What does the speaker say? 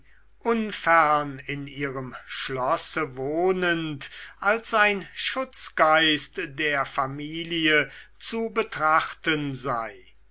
unfern in ihrem schlosse wohnend als ein schutzgeist der familie zu betrachten sei